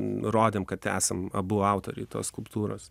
nurodėm kad esam abu autoriai tos skulptūros